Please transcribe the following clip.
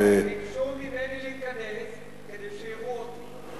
ביקשו ממני להיכנס כדי שיראו אותי,